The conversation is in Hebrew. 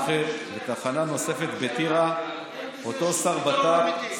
ותחנה נוספת בטירה, אין בזה שום פתרון אמיתי.